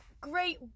great